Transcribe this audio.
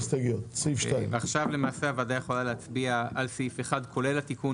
4 ההסתייגויות של קבוצת סיעת חד"ש-תע"ל לסעיף 1 לא אושרו.